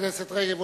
חברת הכנסת רגב,